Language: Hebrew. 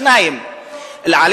איך זה יכול להיות?